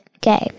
game